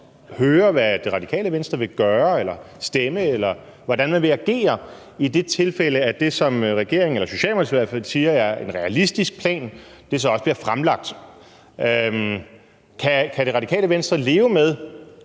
høre, hvad Det Radikale Venstre vil gøre eller stemme, eller hvordan de vil agere i det tilfælde, at det, som regeringen – Socialdemokratiet, i hvert fald – siger er en realistisk plan, så også bliver fremlagt. Kan Det Radikale Venstre leve med,